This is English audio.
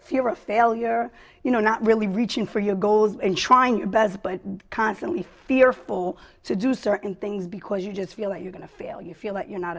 fear of failure you know not really reaching for your goals and trying your best but constantly fearful to do certain things because you just feel that you're going to fail you feel that you're not